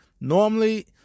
Normally